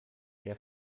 der